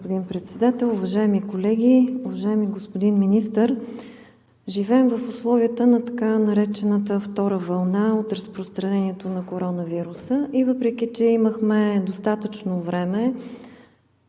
Уважаеми господин Председател, уважаеми колеги, уважаеми господин Министър! Живеем в условията на така наречената втора вълна от разпространението на коронавируса и въпреки че имахме достатъчно време